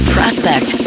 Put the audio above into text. Prospect